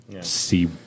see